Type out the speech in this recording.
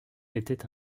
était